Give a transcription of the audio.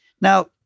Now